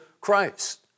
Christ